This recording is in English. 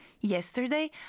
yesterday